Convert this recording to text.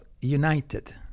United